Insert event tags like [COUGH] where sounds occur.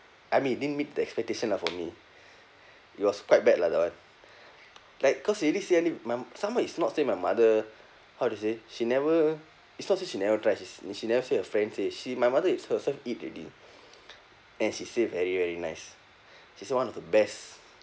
I mean it didn't meet the expectations lah for me it was quite bad lah that one like cause she really say until my some more it's not say mother how to say she never it's not say she never try sh~ she never said her friend say she my mother it's herself eat already [NOISE] and she say very very nice she say one of the best